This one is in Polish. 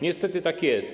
Niestety tak jest.